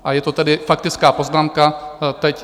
A je to tedy faktická poznámka teď.